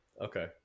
okay